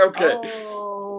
Okay